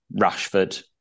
Rashford